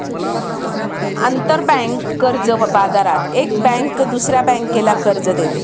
आंतरबँक कर्ज बाजारात एक बँक दुसऱ्या बँकेला कर्ज देते